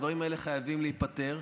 הדברים האלה חייבים להיפתר,